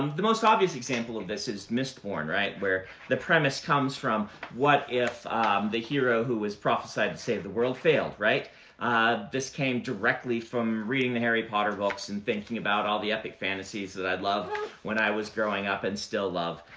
um the most obvious example of this is mistborn, where the premise comes from what if the hero who was prophesied to save the world failed. ah this came directly from reading the harry potter books and thinking about all the epic fantasies that i loved when i was growing up, and still love.